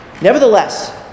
Nevertheless